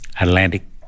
Atlantic